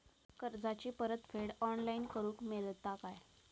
कर्जाची परत फेड ऑनलाइन करूक मेलता काय?